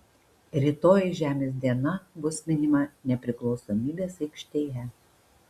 rytoj žemės diena bus minima nepriklausomybės aikštėje